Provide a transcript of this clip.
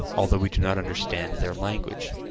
although we do not understand their language.